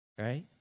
right